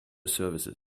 services